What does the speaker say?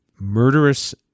murderous